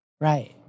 Right